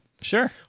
sure